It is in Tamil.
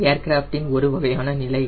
ஏர்கிராப்ஃடின் ஒரு வகையான நிலை